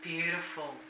Beautiful